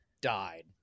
died